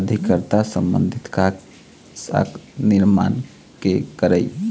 अभिकर्ता संबंधी काज, साख निरमान के करई